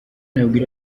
nabwira